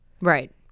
Right